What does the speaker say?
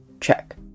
check